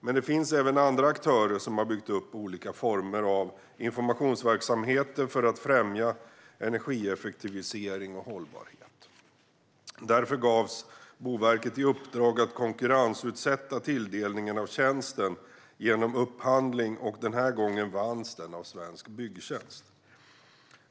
Men det finns även andra aktörer som har byggt upp olika former av informationsverksamheter för att främja energieffektivisering och hållbarhet. Därför gavs Boverket i uppdrag att konkurrensutsätta tilldelningen av tjänsten genom upphandling, och den här gången vanns den av Svensk Byggtjänst.